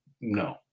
No